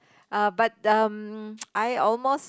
(uh)but um I almost